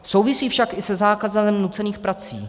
Souvisí však i se zákazem nucených prací.